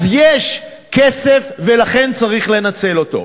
אז יש כסף, ולכן צריך לנצל אותו.